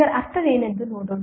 ಇದರ ಅರ್ಥವೇನೆಂದು ನೋಡೋಣ